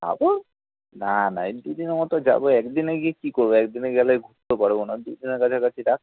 না তো না না এক দু দিনের মতো যাবো এক দিনে গিয়ে কী করবো এক দিনে গেলে ঘুরতে পারবো না দু দিনের কাছাকাছি রাখ